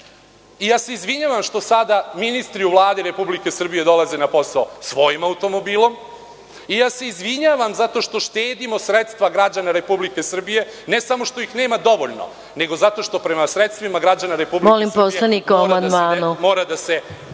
te mere. Izvinjavam se što sada ministri u Vladi Republike Srbije dolaze na posao svojim automobilom. Izvinjavam se zato što štedimo sredstva građana Republike Srbije, ne samo što ih nema dovoljno, nego zato što prema sredstvima građana Republike Srbije …(Predsednik: